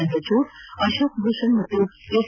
ಚಂದ್ರಚೂಡ್ ಅಕೋಕ್ ಭೂಷಣ್ ಮತ್ತು ಎಸ್